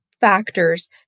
factors